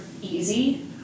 easy